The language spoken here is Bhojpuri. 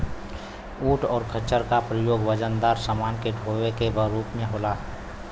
ऊंट और खच्चर का प्रयोग वजनदार समान के डोवे के रूप में होला